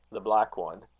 the black one.